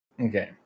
Okay